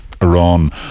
Iran